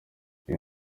iyi